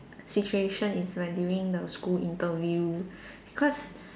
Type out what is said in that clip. situation is when during the school interview because